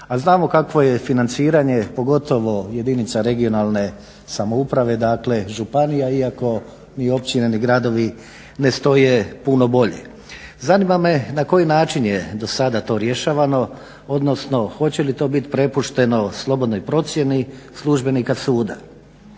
a znamo kakvo je financiranje pogotovo jedinica regionalne samouprave, dakle županija iako ni općine ni gradovi ne stoje puno bolje. Zanima me na koji način je do sada to rješavano, odnosno hoće li to biti prepušteno slobodnoj procjeni službenika suda?